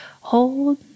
hold